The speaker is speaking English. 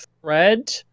thread